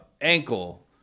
Ankle